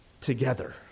Together